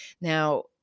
Now